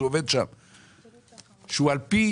על פי